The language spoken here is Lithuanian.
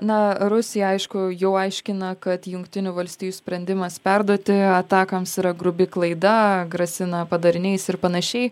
na rusija aišku jau aiškina kad jungtinių valstijų sprendimas perduoti atacms yra grubi klaida grasina padariniais ir panašiai